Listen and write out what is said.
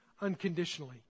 unconditionally